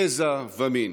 גזע ומין,